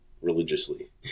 religiously